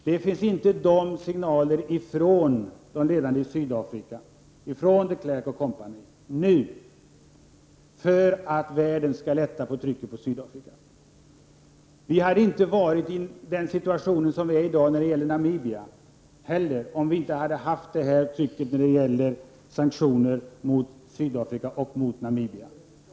Det kommer inte sådana signaler från de ledande i Sydafrika nu, från de Klerk och kompani, att världen skall lätta på trycket mot Sydaf rika. Vi hade inte varit i den situation som vi är i dag när det gäller Namibia heller, om vi inte hade haft ett sådant tryck och sådana sanktioner mot Sydafrika och mot Namibia.